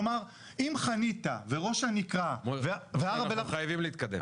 כלומר אם חניתה וראש הנקרה --- אנחנו חייבים להתקדם.